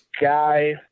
guy